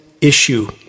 issue